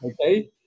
Okay